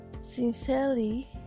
Sincerely